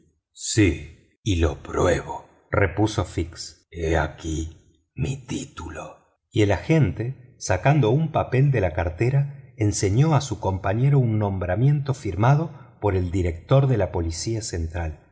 policía sí y lo pruebo repuso fix he aquí mi título y el agente sacando un papel de la cartera enseñó a su compañero un nombramiento firmado por el director de la policía central